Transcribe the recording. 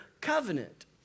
covenant